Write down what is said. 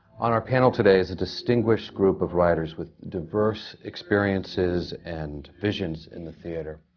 on our panel today is a distinguished group of writers, with diverse experiences and visions in the theatre,